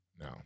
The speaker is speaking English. No